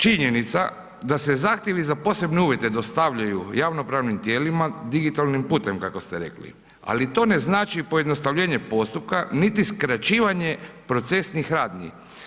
Činjenica da se zahtjevi za posebne uvjete dostavljaju javnopravnim tijelima, digitalnim putem kako ste rekli, ali to ne znači pojednostavljenje postupka, niti skraćivanje procesnih radnji.